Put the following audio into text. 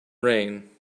rain